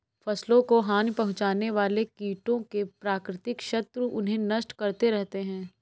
फसलों को हानि पहुँचाने वाले कीटों के प्राकृतिक शत्रु उन्हें नष्ट करते रहते हैं